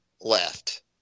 left